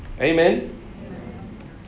Amen